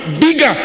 bigger